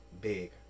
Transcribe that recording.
big